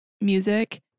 music